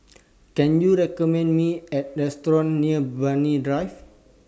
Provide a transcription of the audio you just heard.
Can YOU recommend Me A Restaurant near Banyan Drive